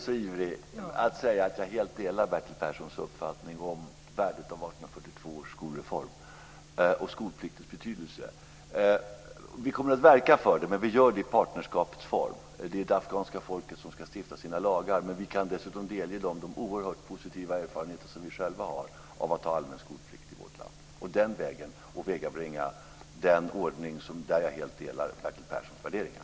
Fru talman! Jag delar helt Bertil Perssons uppfattning om värdet av 1842 års skolreform och skolpliktens betydelse. Vi kommer att verka för det, men i partnerskapets form. Det är det afghanska folket som ska stifta sina lagar. Vi kan dessutom delge afghanerna de oerhört positiva erfarenheter som vi själva har av allmän skolplikt i vårt land för att den vägen åvägabringa den ordningen. Där delar jag helt Bertil Perssons värderingar.